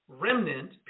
remnant